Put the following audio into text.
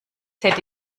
hätte